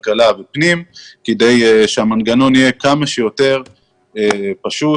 כלכלה ופנים כי שהמנגנון יהיה כמה שיותר פשוט